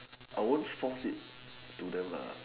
I won't force it to them